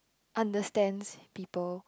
understands people